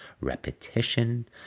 repetition